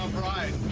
ride.